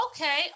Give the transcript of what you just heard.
Okay